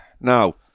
Now